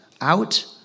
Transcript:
out